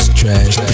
trash